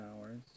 hours